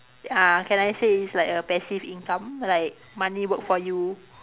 uh can I say is like a passive income like money work for you